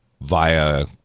via